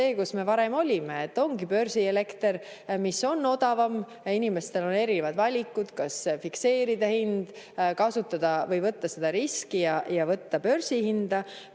kus me varem olime, et ongi börsielekter, mis on odavam. Ja inimestel on erinevad valikud: kas fikseerida hind või võtta risk ja võtta börsihind.